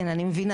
כן, אני מבינה.